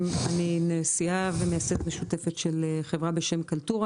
נשיאת בנשיאות משותפת של חברה בשם קלטורה